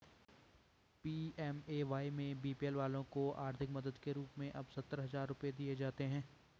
PMAY में BPL वालों को आर्थिक मदद के रूप में अब सत्तर हजार रुपये दिए जाते हैं